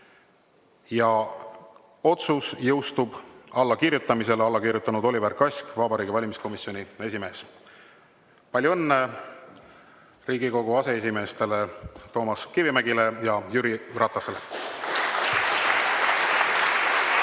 3. Otsus jõustub allakirjutamisel." Alla kirjutanud Oliver Kask, Vabariigi Valimiskomisjoni esimees. Palju õnne Riigikogu aseesimeestele Toomas Kivimägile ja Jüri Ratasele!